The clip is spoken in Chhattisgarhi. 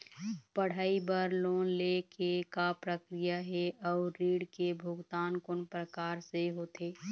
पढ़ई बर लोन ले के का प्रक्रिया हे, अउ ऋण के भुगतान कोन प्रकार से होथे?